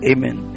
Amen